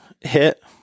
hit